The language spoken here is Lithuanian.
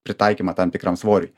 pritaikymą tam tikram svoriui